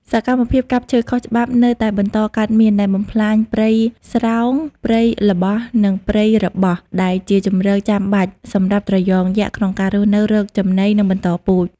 សកម្មភាពកាប់ឈើខុសច្បាប់នៅតែបន្តកើតមាន ដែលបំផ្លាញព្រៃស្រោង ព្រៃល្បោះ និងព្រៃរបោះ ដែលជាជម្រកចាំបាច់សម្រាប់ត្រយងយក្សក្នុងការរស់នៅ រកចំណី និងបន្តពូជ។